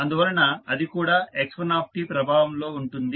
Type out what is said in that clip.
అందువలన అది కూడా x1t ప్రభావంలో ఉంటుంది